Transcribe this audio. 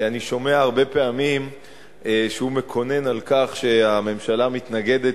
כי אני שומע הרבה פעמים שהוא מקונן על כך שהממשלה מתנגדת